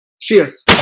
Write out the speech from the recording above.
Cheers